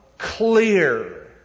clear